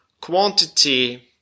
quantity